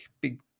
big